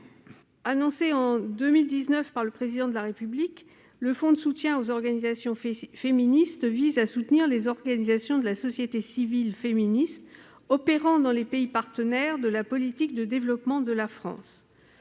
Annoncée en 2019 par le Président de la République, la création du Fonds de soutien aux organisations féministes vise à soutenir les organisations féministes de la société civile opérant dans les pays partenaires de la politique de développement de la France.